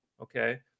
Okay